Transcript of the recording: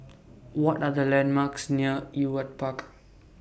What Are The landmarks near Ewart Park